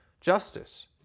justice